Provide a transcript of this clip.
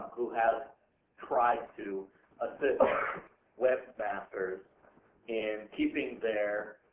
who has tried to assist webmasters in keeping their